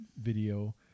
video